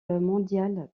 mondial